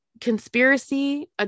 conspiracy